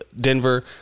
Denver